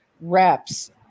reps